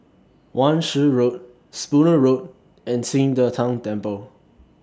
Wan Shih Road Spooner Road and Qing De Tang Temple